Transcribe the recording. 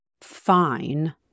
fine